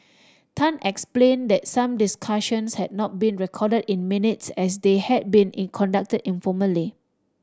tan explained that some discussions had not been recorded in minutes as they had been in conducted informally